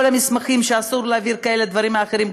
המסמכים שאסור להעביר דברים כאלה לאחרים,